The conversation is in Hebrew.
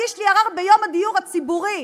הגיש לי ערר ביום הדיור הציבורי.